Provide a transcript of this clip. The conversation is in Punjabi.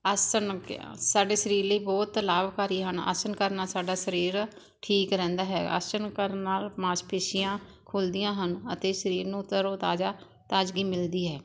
ਆਸਣ ਕੀ ਆ ਸਾਡੇ ਸਰੀਰ ਲਈ ਬਹੁਤ ਲਾਭਕਾਰੀ ਹਨ ਆਸਣ ਕਰਨ ਨਾਲ ਸਾਡਾ ਸਰੀਰ ਠੀਕ ਰਹਿੰਦਾ ਹੈਗਾ ਆਸਣ ਕਰਨ ਨਾਲ ਮਾਸਪੇਸ਼ੀਆਂ ਖੁੱਲਦੀਆਂ ਹਨ ਅਤੇ ਸਰੀਰ ਨੂੰ ਤਰੋ ਤਾਜ਼ਾ ਤਾਜ਼ਗੀ ਮਿਲਦੀ ਹੈ